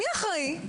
מי אחראי?